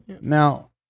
Now